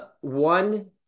One